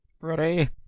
Ready